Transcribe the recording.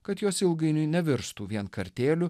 kad jos ilgainiui nevirstų vien kartėliu